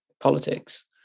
politics